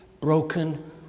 broken